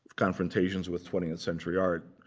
confrontations with twentieth century art.